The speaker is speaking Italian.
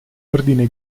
ordine